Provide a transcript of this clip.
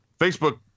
Facebook